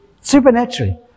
supernaturally